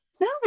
No